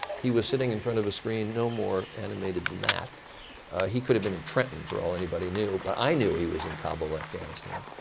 he was sitting in front of a screen no more animated than that he could have been in trenton for all anybody knew. but i knew he was in kabul, afghanistan.